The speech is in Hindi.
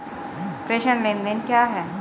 प्रेषण लेनदेन क्या है?